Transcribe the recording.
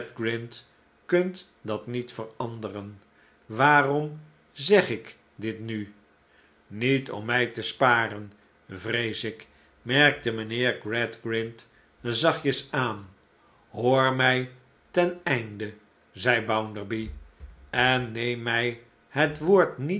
kunt dat niet veranderen waarom zeg ik dit nu niet om mij te sparen vrees ik merkte mijnheer gradgrind zachtjes aan hoor mij ten einde zeide bounderby en neem mij het woord niet